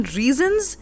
reasons